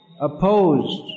opposed